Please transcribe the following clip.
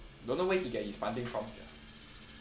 don't know where he get his funding from sia